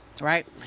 right